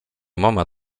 mama